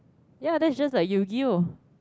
ya that's just like yu-gi-oh